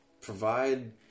provide